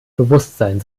bewusstsein